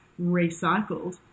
recycled